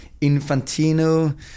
Infantino